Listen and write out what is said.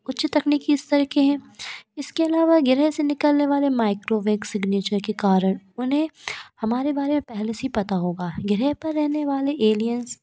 उचित रखने कि इस तरह के हैं इसके अलावा गृह से निकलने वाले माइक्रो वेक्स सिग्नेचर के कारण उन्हें हमारे बारे में पहले से ही पता होगा गृह पर रहने वाले एलिएंस